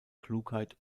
klugheit